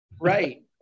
Right